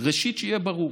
ראשית, שיהיה ברור